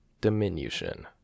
diminution